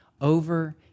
over